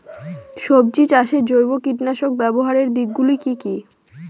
সবজি চাষে জৈব কীটনাশক ব্যাবহারের দিক গুলি কি কী?